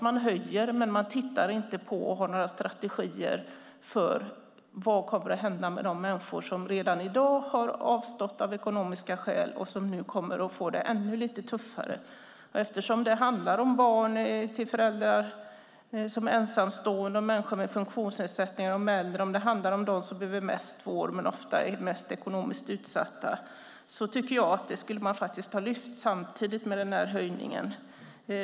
Man höjer, men man har inte några strategier och tittar inte på vad som kommer att hända med de människor som redan i dag har avstått av ekonomiska skäl och som nu kommer att få det ännu lite tuffare. Det handlar om barn till föräldrar som är ensamstående, om människor med funktionsnedsättningar, om äldre och om dem som behöver mest vård men som ofta är mest ekonomiskt utsatta. Det tycker jag att man faktiskt skulle ha lyft fram samtidigt med den här höjningen.